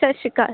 ਸਤਿ ਸ਼੍ਰੀ ਅਕਾਲ